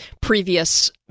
previous